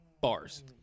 Bars